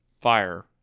fire